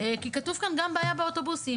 כי כתוב כאן גם בעיה באוטובוסים?